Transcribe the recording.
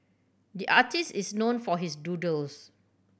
the artist is known for his doodles